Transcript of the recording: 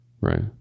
Right